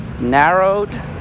narrowed